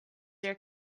your